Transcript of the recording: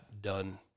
done